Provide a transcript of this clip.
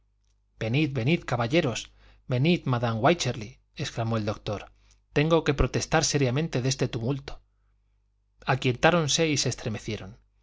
venid venid caballeros venid madame wycherly exclamó el doctor tengo que protestar seriamente de este tumulto aquietáronse y se estremecieron